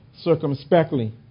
circumspectly